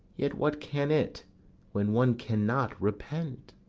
yet what can it when one cannot repent?